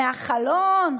מהחלון.